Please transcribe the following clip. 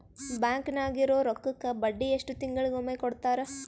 Bank ನಾಗಿರೋ ರೊಕ್ಕಕ್ಕ ಬಡ್ಡಿ ಎಷ್ಟು ತಿಂಗಳಿಗೊಮ್ಮೆ ಕೊಡ್ತಾರ?